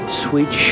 sweet